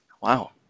Wow